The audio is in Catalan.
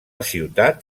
ciutat